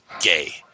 gay